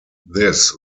this